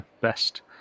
best